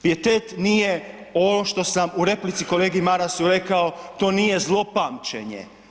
Pijetet nije ono što sam u replici kolegi Marasu rekao, to nije zlopamćenje.